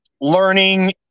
learning